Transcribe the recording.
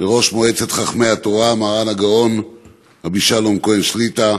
לראש מועצת חכמי התורה מרן הגאון רבי שלום כהן שליט"א